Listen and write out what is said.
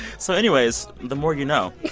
so anyways the more you know